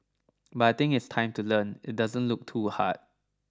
but I think it's time to learn it doesn't look too hard